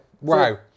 wow